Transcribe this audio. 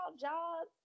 jobs